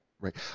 Right